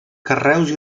carreus